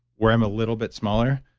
where i'm a little bit smaller.